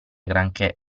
granché